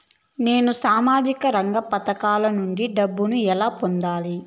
నేను సామాజిక రంగ పథకాల నుండి డబ్బుని ఎలా పొందాలి?